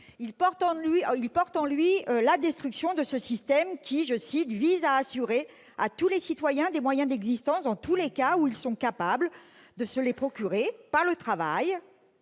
Il porte en lui la destruction de ce système qui « vise à assurer à tous les citoyens des moyens d'existence dans tous les cas où ils sont incapables de se les procurer par le travail